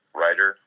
writer